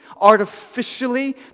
artificially